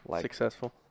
successful